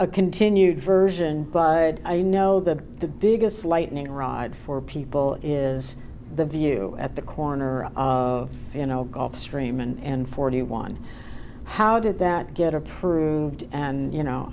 a continued version but i know that the biggest lightning rod for people is the view at the corner of you know gulfstream and forty one how did that get approved and you know